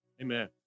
Amen